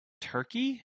Turkey